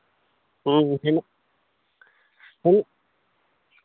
ᱦᱮᱸ ᱦᱮᱸ ᱦᱮᱸ